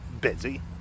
busy